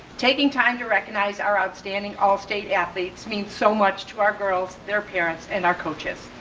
taking time to recognize our outstanding all state athletes means so much to our girls, their parents and our coaches.